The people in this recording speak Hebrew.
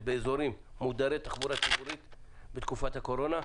באזורים מודרי תחבורה ציבורית בתקופת הקורונה.